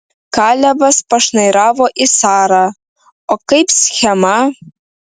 kalebas pašnairavo į sarą o kaip schema